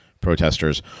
protesters